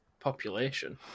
Population